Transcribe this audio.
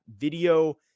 video